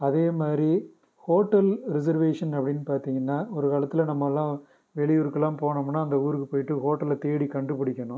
அதே மாதிரி hotel reservation அப்படின்னு பார்த்திங்கன்னா ஒரு காலத்தில் நம்மளாம் வெளி ஊருக்குலாம் போனோம்னா அந்த ஊருக்கு போயிட்டு ஹோட்டலை தேடி கண்டுபிடிக்கணும்